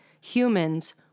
humans